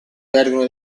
perdono